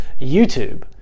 YouTube